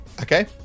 okay